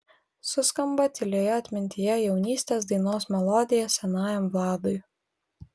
suskamba tylioje atmintyje jaunystės dainos melodija senajam vladui